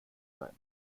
bleiben